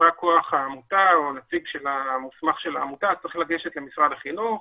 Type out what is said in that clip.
בא כוח העמותה או הנציג המוסמך של העמותה צריך לגשת למשרד החינוך,